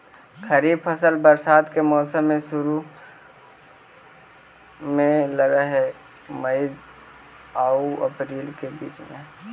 खरीफ फसल बरसात के मौसम के शुरु में लग हे, मई आऊ अपरील के बीच में